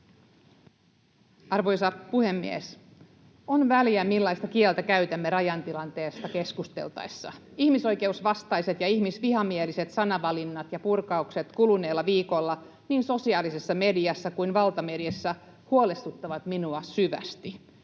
Arvoisa puhemies! On väliä sillä, millaista kieltä käytämme rajan tilanteesta keskusteltaessa. Ihmisoikeusvastaiset ja ihmisvihamieliset sanavalinnat ja purkaukset kuluneella viikolla niin sosiaalisessa mediassa kuin valtamediassa huolestuttavat minua syvästi.